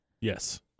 yes